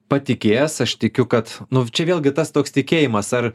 patikės aš tikiu kad nu čia vėlgi tas toks tikėjimas ar